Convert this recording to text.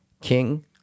King